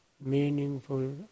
meaningful